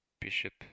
Bishop